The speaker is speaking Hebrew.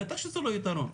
בטח שזה לא יתרון.